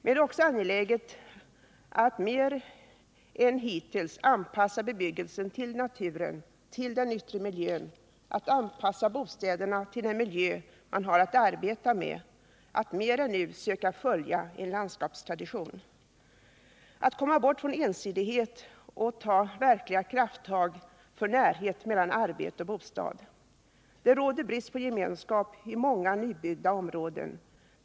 Det är också angeläget att vi mer än hittills anpassar bebyggelsen till naturen och till den yttre miljön, att vi anpassar bostäderna till den miljö vi har att arbeta med, att vi mer än nu söker följa en landskapstradition och att vi kommer bort från ensidigheten och tar verkliga krafttag för närhet mellan arbete och bostad. Det råder brist på gemenskap i många nybyggda områden.